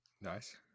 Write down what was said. Nice